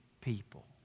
people